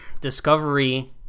Discovery